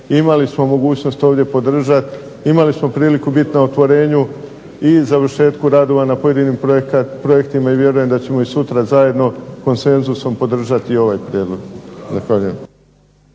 imali smo mogućnost ovdje podržati, imali smo priliku biti na otvorenju i završetku radova na pojedinim projektima i vjerujem da ćemo i sutra zajedno konsenzusom podržati ovaj prijedlog.